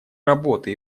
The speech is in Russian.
работы